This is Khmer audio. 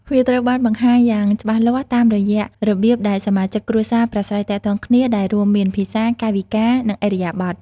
វាត្រូវបានបង្ហាញយ៉ាងច្បាស់លាស់តាមរយៈរបៀបដែលសមាជិកគ្រួសារប្រាស្រ័យទាក់ទងគ្នា ដែលរួមមាន ភាសា កាយវិការ និងឥរិយាបថ។